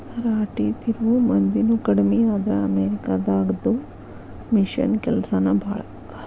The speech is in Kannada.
ರಾಟಿ ತಿರುವು ಮಂದಿನು ಕಡಮಿ ಆದ್ರ ಅಮೇರಿಕಾ ದಾಗದು ಮಿಷನ್ ಕೆಲಸಾನ ಭಾಳ